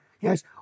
Yes